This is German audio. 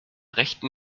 rechten